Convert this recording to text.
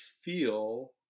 feel